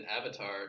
Avatar